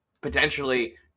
potentially